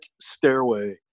Stairway